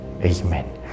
Amen